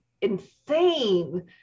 insane